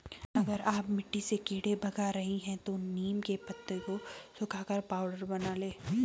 अगर आप मिट्टी से कीड़े भगा रही हैं तो नीम के पत्तों को सुखाकर पाउडर बना लें